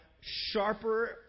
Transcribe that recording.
sharper